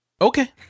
Okay